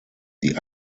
die